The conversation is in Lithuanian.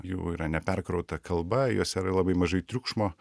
jų yra neperkrauta kalba juose yra labai mažai triukšmo